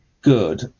good